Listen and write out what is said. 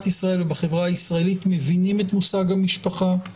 ישראל ובחברה הישראלית מבינים את מושג המשפחה,